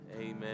amen